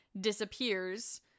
disappears